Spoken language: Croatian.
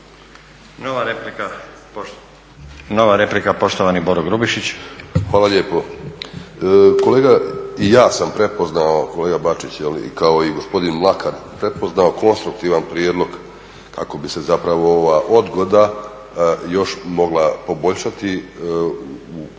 **Grubišić, Boro (HDSSB)** Hvala lijepo. Kolega, i ja sam prepoznao, kolega Bačić, kao i gospodin Mlakar, prepoznao konstruktivan prijedlog kako bi se zapravo ova odgoda još mogla poboljšati sa novom